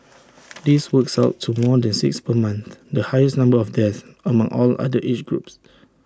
this works out to more than six per month the highest number of deaths among all other age groups